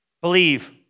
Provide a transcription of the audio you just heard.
believe